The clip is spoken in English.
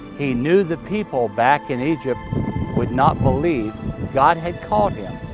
he knew the people back in egypt would not believe god had called him,